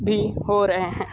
भी हो रहे हैं